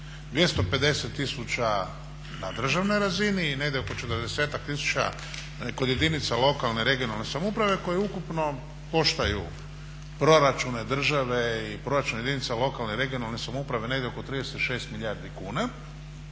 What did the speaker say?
250 tisuća na državnoj razini i negdje oko 40 tisuća kod jedinica lokalne regionalne samouprave koje ukupno koštaju proračune države i proračune jedinica lokalne regionalne samouprave negdje oko 36 milijardi kuna